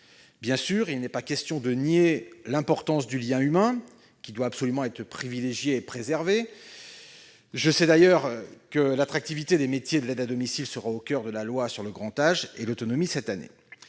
Bien sûr, il n'est pas question de nier l'importance du lien humain, qui doit absolument être privilégié et préservé. Je sais d'ailleurs que l'attractivité des métiers de l'aide à domicile sera au coeur de la prochaine loi sur le grand âge et l'autonomie.